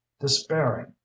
despairing